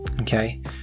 Okay